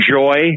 joy